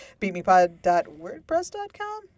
BeatMePod.wordpress.com